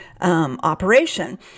Operation